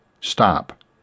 STOP